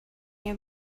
you